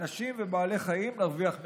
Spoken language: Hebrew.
אנשים ובעלי חיים, נרוויח מכך.